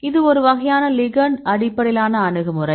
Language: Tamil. இது ஒரு வகையான லிகெண்ட் அடிப்படையிலான அணுகுமுறை